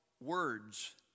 words